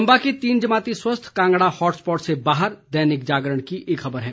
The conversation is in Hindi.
चंबा के तीन जमाती स्वस्थ कांगड़ा हॉट स्पॉट से बाहर दैनिक जागरण की एक खबर है